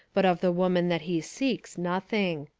but of the woman that he seeks, nothing.